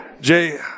Jay